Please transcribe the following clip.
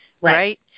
Right